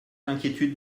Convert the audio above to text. l’inquiétude